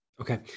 Okay